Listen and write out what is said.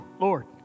Lord